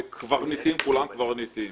קברניטים, כולם קברניטים.